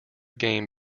game